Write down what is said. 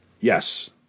Yes